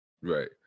Right